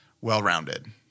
well-rounded